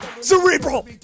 cerebral